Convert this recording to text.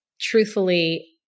truthfully